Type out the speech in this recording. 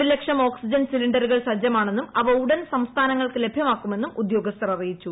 ഒരു ലക്ഷം ഓക്സിജൻ സിലിണ്ടറുകൾ സജ്ജമാണെന്നും അവ ഉടൻ സംസ്ഥാനങ്ങൾക്ക് ലഭ്യമാക്കുമെന്നും ഉദ്യോഗസ്ഥർ അറിയിച്ചു